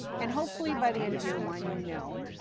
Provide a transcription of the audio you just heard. and hopefully, by the end of year one, you know,